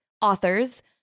authors